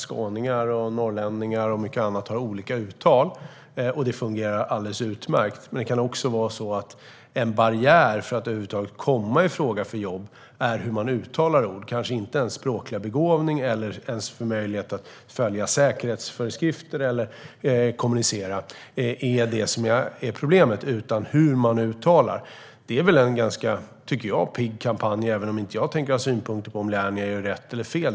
Skåningar och norrlänningar och många andra har olika uttal, och det fungerar alldeles utmärkt, men en barriär för att över huvud taget komma i fråga för jobb kan vara hur man uttalar ord. Ens språkliga begåvning eller ens möjlighet att följa säkerhetsföreskrifter eller kommunicera är inte problemet utan hur man uttalar orden. Det här är väl, tycker jag, en ganska pigg kampanj, även om jag inte tänker ha synpunkter på om Lernia gör rätt eller fel.